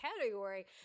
category